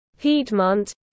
Piedmont